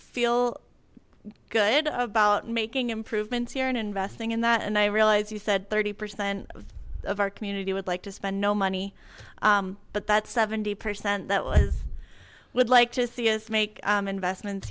feel good about making improvements here and investing in that and i realize you said thirty percent of our community would like to spend no money but that seventy percent that was would like to see us make investments